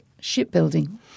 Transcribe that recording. Shipbuilding